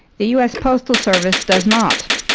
the u s. postal service does not.